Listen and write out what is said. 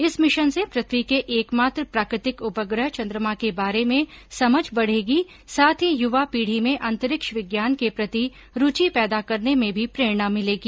इस मिशन से पृथ्वी के एकमात्र प्राकृतिक उपग्रह चंद्रमा के बारे में समझ बढेगी साथ ही युवा पीढ़ी में अंतरिक्ष विज्ञाने के प्रति रूचि पैदा करने में भी प्रेरणा मिलेगी